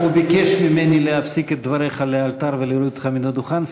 הוא ביקש ממני להפסיק את דבריך לאלתר ולהוריד אותך מהדוכן.